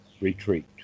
retreat